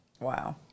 Wow